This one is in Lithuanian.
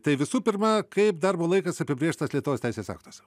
tai visų pirma kaip darbo laikas apibrėžtas lietuvos teisės aktuose